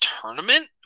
tournament